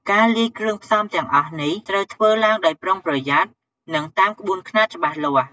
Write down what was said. ការលាយគ្រឿងផ្សំទាំងអស់នេះ ត្រូវធ្វើឡើងដោយប្រុងប្រយ័ត្ន និងតាមក្បួនខ្នាតច្បាស់លាស់។